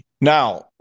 Now